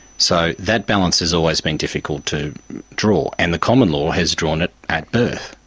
so that balance has always been difficult to draw, and the common law has drawn it at birth,